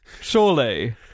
Surely